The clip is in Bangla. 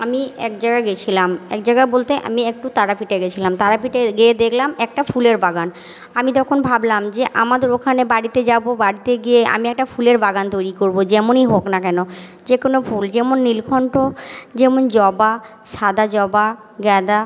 আমি এক জায়গা গিয়েছিলাম এক জাগা বলতে আমি একটু তারাপীঠে গিয়েছিলাম তারাপীঠে গিয়ে দেখলাম একটা ফুলের বাগান আমি তখন ভাবলাম যে আমাদের ওখানে বাড়িতে যাবো বাড়িতে গিয়ে আমি একটা ফুলের বাগান তৈরি করবো যেমনই হোক না কেন যে কোনো ফুল যেমন নীলকণ্ঠ যেমন জবা সাদা জবা গ্যাদা